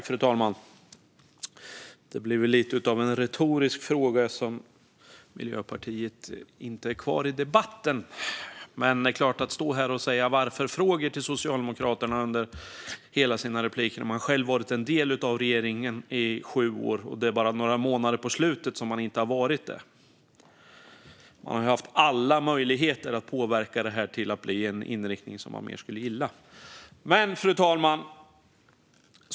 Fru talman! Det blir väl lite av en retorisk fråga eftersom Miljöpartiet inte är kvar i debatten, men här står man och ställer frågan Varför? till Socialdemokraterna i sina repliker när man själv har varit en del av regeringen i sju år. Det är bara några månader på slutet som man inte har varit det, så man har ju haft alla möjligheter att påverka det här i en riktning som man mer skulle gilla. Fru talman!